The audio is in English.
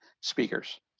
speakers